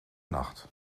nacht